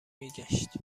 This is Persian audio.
میگشت